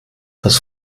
das